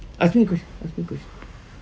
ask me the ques~ ask me the question